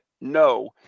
no